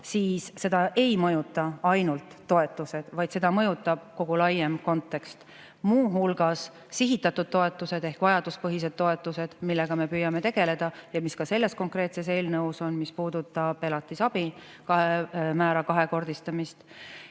siis seda ei mõjuta ainult toetused, vaid seda mõjutab kogu laiem kontekst, muu hulgas sihitatud toetused ehk vajaduspõhised toetused, millega me püüame tegeleda ja mis selles konkreetses eelnõus puudutab elatisabi määra kahekordistamist